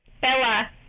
Bella